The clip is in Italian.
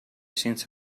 senza